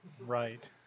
Right